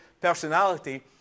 personality